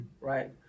right